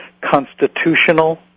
constitutional